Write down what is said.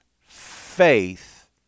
faith